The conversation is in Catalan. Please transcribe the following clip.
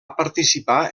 participar